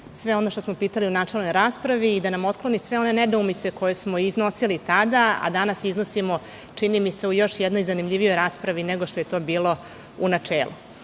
sve ono što smo pitali u načelnoj raspravi i da nam otkloni sve one nedoumice koje smo iznosili tada, a danas iznosimo u još jednoj zanimljivijoj raspravi, nego što je to bilo u načelu. Kao